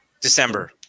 December